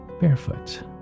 Barefoot